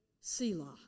Selah